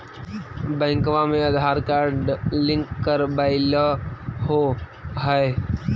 बैंकवा मे Aadhaar card link करवैलहो है?